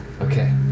Okay